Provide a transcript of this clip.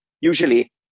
Usually